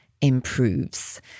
improves